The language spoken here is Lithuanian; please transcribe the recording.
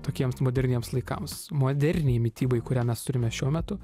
tokiems moderniems laikams moderniai mitybai kurią mes turime šiuo metu